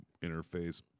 interface